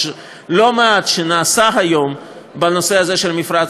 יש לא מעט שנעשה היום בנושא הזה של מפרץ